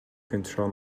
control